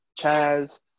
Chaz